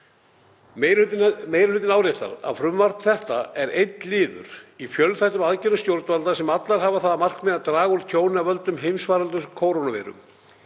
Meiri hlutinn áréttar að frumvarp þetta er einn liður í fjölþættum aðgerðum stjórnvalda sem allar hafa það að markmiði að draga úr tjóni af völdum heimsfaraldurs kórónuveiru.